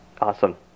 Awesome